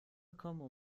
gekommen